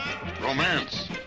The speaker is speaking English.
romance